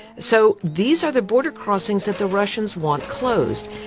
so these are the border crossings that the russians want closed.